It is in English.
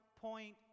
point